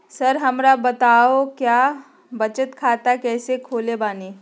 Sir हमरा बताओ क्या बचत खाता कैसे खोले बानी?